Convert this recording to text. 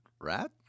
rat